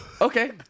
Okay